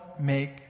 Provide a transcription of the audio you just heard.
make